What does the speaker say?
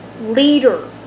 leader